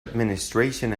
administration